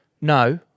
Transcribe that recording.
No